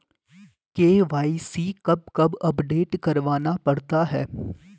KYC कब कब update करवाना पड़ता है?